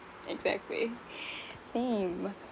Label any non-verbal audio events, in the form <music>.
exactly <breath> same uh